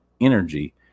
energy